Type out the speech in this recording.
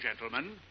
gentlemen